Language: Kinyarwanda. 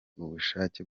ubushake